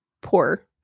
poor